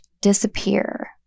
disappear